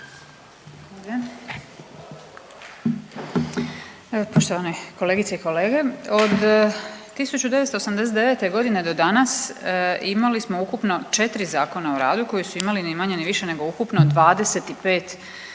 Poštovani kolegice i kolege. Od 1989. g. do danas imali smo ukupno 4 zakona o radu koji su imali ni manje ni više nego ukupno 25 izmjena